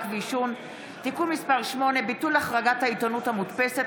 ועישון (תיקון מס' 8) (ביטול החרגת העיתונות המודפסת),